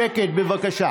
שקט, בבקשה.